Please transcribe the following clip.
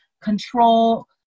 control